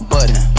Button